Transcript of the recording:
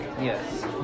yes